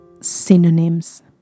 synonyms